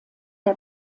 der